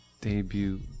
debut